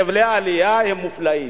חבלי העלייה, הם מופלאים.